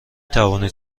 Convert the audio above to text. توانید